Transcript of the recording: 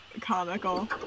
comical